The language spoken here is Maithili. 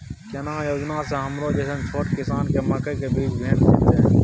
केना योजना स हमरो जैसन छोट किसान के मकई के बीज भेट जेतै?